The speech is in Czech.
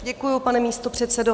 Děkuji, pane místopředsedo.